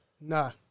No